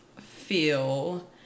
feel